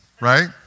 Right